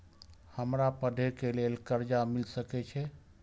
हमरा पढ़े के लेल कर्जा मिल सके छे?